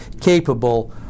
capable